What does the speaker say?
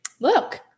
look